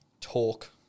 talk